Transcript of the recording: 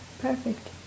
perfect